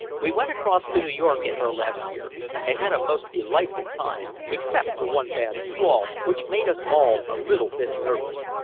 we went across to new york in her last year and had a most delightful time except for one bad squall which made us all a little bit nervous.